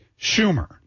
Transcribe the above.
Schumer